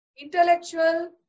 intellectual